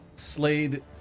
Slade